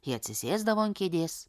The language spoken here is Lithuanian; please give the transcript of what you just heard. ji atsisėsdavo ant kėdės